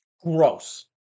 Gross